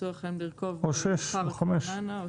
אסור לכם לרכוב בפארק רעננה.